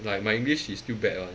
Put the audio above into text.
like my english is still bad one